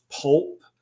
pulp